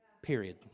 period